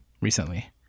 recently